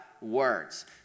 words